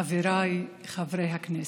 חבריי חברי הכנסת,